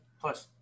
Plus